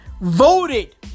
voted